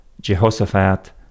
Jehoshaphat